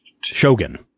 Shogun